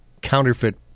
counterfeit